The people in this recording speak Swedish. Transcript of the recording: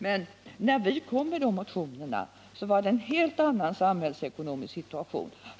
Men när vi väckte de här motionerna var det en helt annan samhällsekonomisk situation.